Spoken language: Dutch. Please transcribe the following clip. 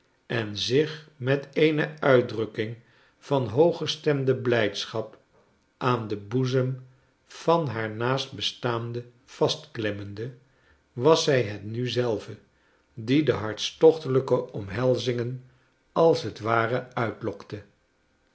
en zich met eene uitdrukking van hooggestemde blijdschap aan den boezem van haar naastbestaande vastklemmende was zij het nu zelve die de hartstochtelyke omhelzingen als t ware uitlokte